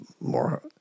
more